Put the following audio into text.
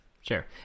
sure